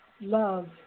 love